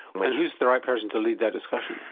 and who's the right person to lead that discussion?